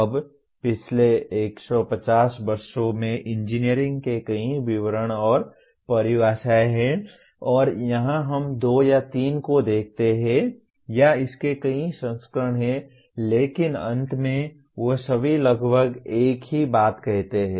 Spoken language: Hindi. अब पिछले १५० वर्षों में इंजीनियरिंग के कई विवरण और परिभाषाएं हैं और यहां हम दो या तीन को देखते हैं या इसके कई संस्करण हैं लेकिन अंत में वे सभी लगभग एक ही बात कहते हैं